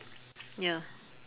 ya